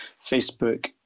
Facebook